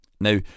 Now